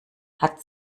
hat